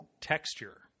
texture